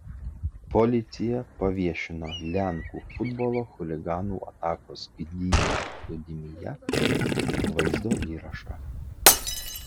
policija paviešino lenkų futbolo chuliganų atakos gdynės paplūdimyje vaizdo įrašą